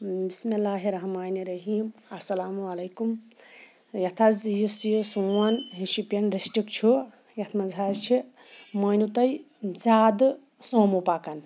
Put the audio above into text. بِسمہِ اللہِ رحمٰنِ الرحیٖم اَسَلامُ علیکُم یَتھ حظ یُس یہِ سون شُپیَن ڈِسٹِرٛک چھُ یَتھ منٛز حظ چھِ مٲنِو تُہۍ زیادٕ سوموٗ پَکان